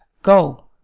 go.